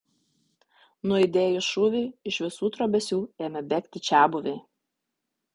nuaidėjus šūviui iš visų trobesių ėmė bėgti čiabuviai